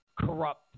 corrupt